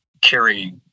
carry